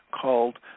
called